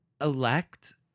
elect